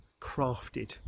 crafted